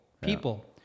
People